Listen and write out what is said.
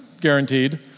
guaranteed